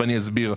ואני אסביר.